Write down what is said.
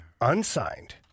Unsigned